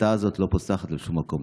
ההסתה הזאת לא פוסחת על שום מקום.